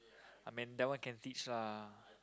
Amanda one candies lah